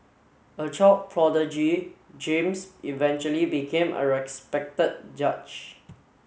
a child prodigy James eventually became a respected judge